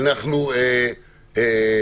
אנו